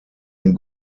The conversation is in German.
ein